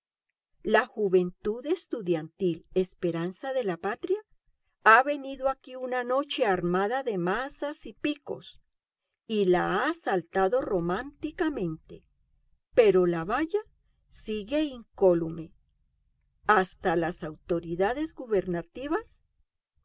la juventud estudiantil esperanza de la patria ha venido aquí una noche armada de mazas y de picos y la ha asaltado románticamente pero la valla sigue incólume hasta las autoridades gubernativas se